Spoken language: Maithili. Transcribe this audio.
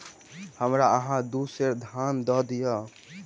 हमरा अहाँ दू सेर धान दअ दिअ